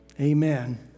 Amen